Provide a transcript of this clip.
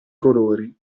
colori